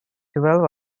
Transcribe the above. twelve